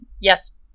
yes